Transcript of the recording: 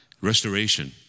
restoration